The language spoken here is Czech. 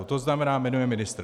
To znamená, jmenuje ministr.